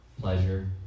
pleasure